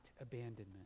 abandonment